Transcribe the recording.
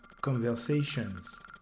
conversations